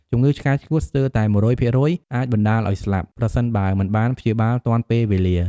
ជំងឺឆ្កែឆ្កួតស្ទើរតែ ១០០% អាចបណ្តាលឱ្យស្លាប់ ប្រសិនបើមិនបានព្យាបាលទាន់ពេលវេលា។